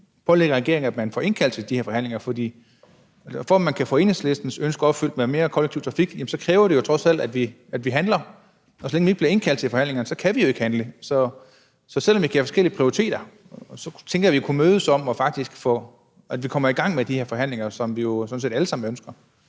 at man får indkaldt til de her forhandlinger, for det kræver jo trods alt, at vi handler for at få Enhedslistens ønsker om mere kollektiv trafik opfyldt. Og så længe vi ikke bliver indkaldt til forhandlinger, kan vi jo ikke handle. Så selv om vi kan have forskellige prioriteter, tænker jeg, at vi kunne mødes om at få gang i de her forhandlinger, som vi jo sådan set alle sammen ønsker.